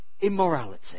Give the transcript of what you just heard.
immorality